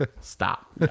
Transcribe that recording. stop